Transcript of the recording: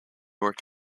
york